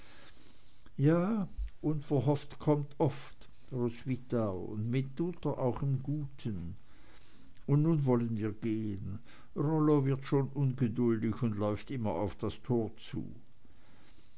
ja unverhofft kommt oft roswitha und mitunter auch im guten und nun wollen wir gehen rollo wird schon ungeduldig und läuft immer auf das tor zu